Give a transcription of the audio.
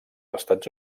estats